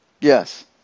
Yes